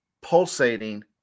pulsating